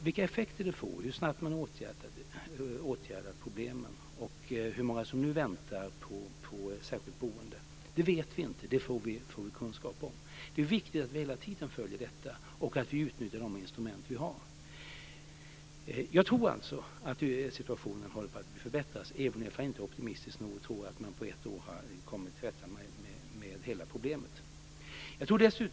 Vilka effekter det får, hur snabbt man åtgärdar problemen och hur många som nu väntar på särskilt boende vet vi inte, men det får vi kunskap om. Det är viktigt att vi hela tiden följer detta och att vi utnyttjar de instrument vi har. Jag tror alltså att situationen håller på att förbättras, även om jag inte är optimistisk nog att tro att man på ett år har kommit till rätta med hela problemet.